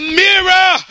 mirror